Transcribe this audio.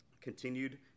continued